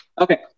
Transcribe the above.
Okay